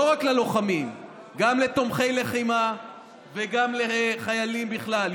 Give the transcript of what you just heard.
לא רק ללוחמים, גם לתומכי לחימה וגם לחיילים בכלל.